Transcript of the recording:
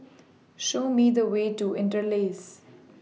Show Me The Way to Interlace